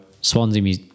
Swansea